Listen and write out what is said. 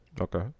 Okay